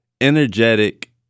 Energetic